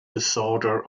disorder